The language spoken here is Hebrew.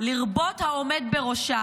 לרבות העומד בראש,